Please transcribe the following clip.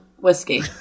whiskey